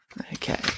Okay